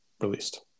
released